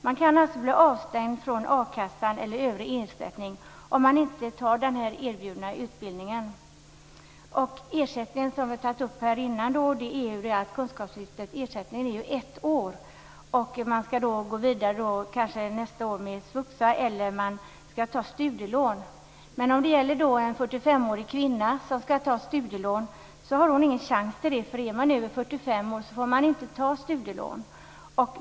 Man kan alltså bli avstängd från a-kassa eller övrig ersättning om man inte tar den erbjudna utbildningen. Ersättningen för kunskapslyftet varar i ett år - det har tagits upp här tidigare. Man skall kanske gå vidare året efter med svuxa eller ta studielån. Men om det är fråga om en 45-årig kvinna har hon ingen chans att ta studielån. Är man över 45 år får man inte ta studielån.